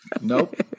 Nope